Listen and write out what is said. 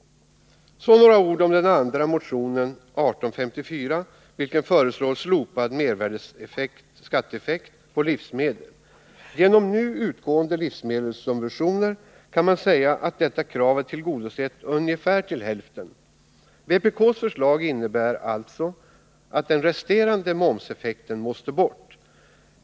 Så några ord om den andra motionen, 1854, i vilken föreslås slopad mervärdeskatteeffekt på livsmedel. Genom nu utgående livsmedelssubventioner kan man säga att detta krav är tillgodosett ungefär till hälften. Vpk:s förslag innebär alltså att den resterande momseffekten måste bort.